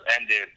ended